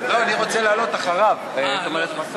לא, אני רוצה לעלות אחריו, זאת אומרת, בסוף.